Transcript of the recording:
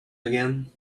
again